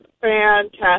fantastic